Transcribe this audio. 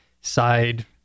side